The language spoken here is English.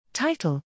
Title